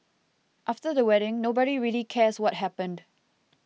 after the wedding nobody really cares what happened